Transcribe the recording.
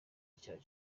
icyaha